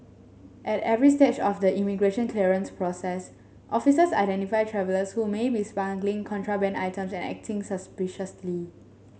at every stage of the immigration clearance process officers identify travellers who may be smuggling contraband items and acting suspiciously